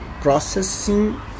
processing